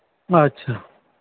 ᱟᱪᱪᱷᱟ